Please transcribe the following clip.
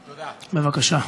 בבקשה.